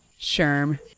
Sherm